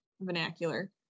vernacular